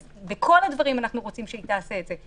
אז בכל הדברים אנחנו רוצים שהיא תעשה את זה,